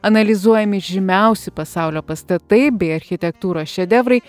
analizuojami žymiausi pasaulio pastatai bei architektūros šedevrai